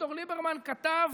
אביגדור ליברמן כתב